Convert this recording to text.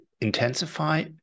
intensify